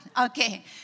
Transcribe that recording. Okay